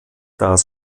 das